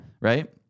Right